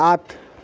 আঠ